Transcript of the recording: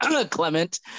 Clement